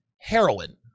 Heroin